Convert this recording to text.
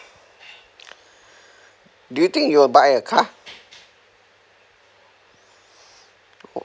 do you think you'll buy a car